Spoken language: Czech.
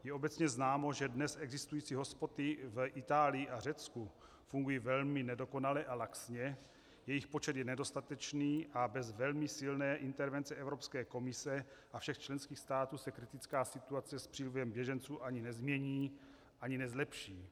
Je obecně známo, že dnes existující hotspoty v Itálii a Řecku fungují velmi nedokonale a laxně, jejich počet je nedostatečný a bez velmi silné intervence Evropské komise a všech členských států se kritická situace s přílivem běženců ani nezmění, ani nezlepší.